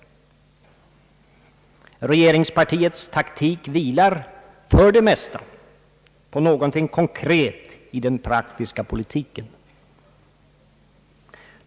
Regeringspartiets taktik vilar för det mesta på någonting konkret i den praktiska politiken.